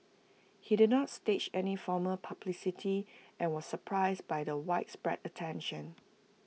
he did not stage any formal publicity and was surprised by the widespread attention